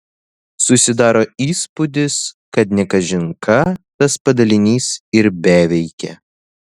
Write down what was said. susidaro įspūdis kad ne kažin ką tas padalinys ir beveikė